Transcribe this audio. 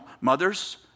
mothers